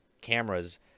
cameras